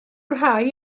rhai